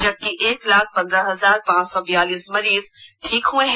जबकि एक लाख पन्द्रह हजार पांच सौ बियालीस मरीज ठीक हुए हैं